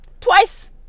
twice